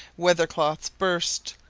weather-cloths burst,